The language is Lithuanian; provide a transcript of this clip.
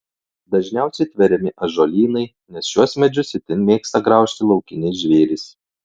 dažniausiai tveriami ąžuolynai nes šiuos medžius itin mėgsta graužti laukiniai žvėrys